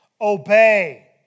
obey